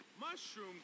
Mushroom